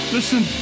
Listen